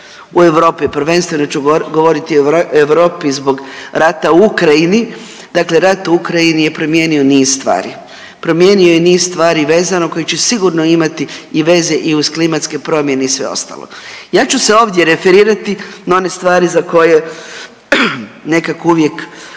u Europi prvenstveno ću govoriti o Europi zbog rata u Ukrajini. Dakle, rat u Ukrajini je promijenio niz stvari. Promijenio je niz stvari vezano koji će sigurno imati i veze i uz klimatske promjene i sve ostalo. Ja ću se ovdje referirati na one stvari za koje nekako uvijek